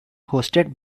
hosted